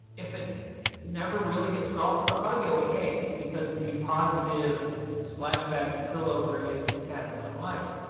if it never really gets solved, i'll probably be ok because the positive splashback and fillover its its had in my life.